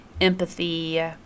empathy